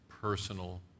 personal